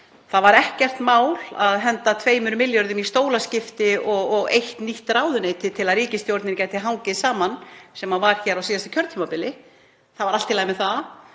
Það var ekkert mál að henda 2 milljörðum í stólaskipti og eitt nýtt ráðuneyti til að ríkisstjórnin gæti hangið saman, sem gerðist hér á síðasta kjörtímabili. Það var allt í lagi með það.